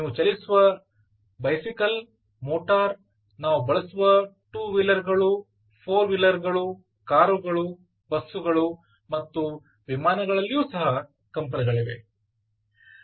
ನೀವು ಚಲಿಸುವ bicycle motor ನಾವು ಬಳಸುವ 2 ವೀಲರ್ಗಳು 4 ವೀಲರ್ಗಳು ಕಾರುಗಳು ಬಸ್ಸುಗಳು ಮತ್ತು ವಿಮಾನಗಳಲ್ಲಿಯೂ ಸಹ ಕಂಪನಗಳಿವೆ